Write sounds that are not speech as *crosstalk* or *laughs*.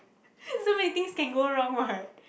*laughs* so many thing can go wrong [what]